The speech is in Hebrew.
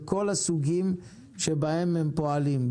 לכל הסוגים בהם הם פועלים,